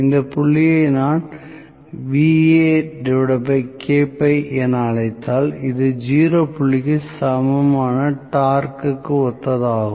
இந்த புள்ளியை நான் என அழைத்தால் இது 0 புள்ளிக்கு சமமான டார்க்குக்கு ஒத்ததாகும்